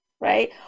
right